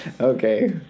okay